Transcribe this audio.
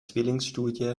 zwillingsstudie